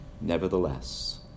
Nevertheless